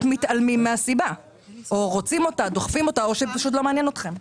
מתעלמים מהסיבה או דוחפים אותה או פשוט לא מעניין אתכם.